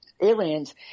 aliens